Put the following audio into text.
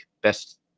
best